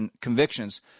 convictions